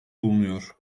bulunuyor